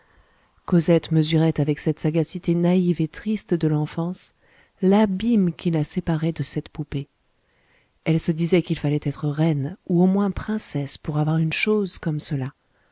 cosette mesurait avec cette sagacité naïve et triste de l'enfance l'abîme qui la séparait de cette poupée elle se disait qu'il fallait être reine ou au moins princesse pour avoir une chose comme cela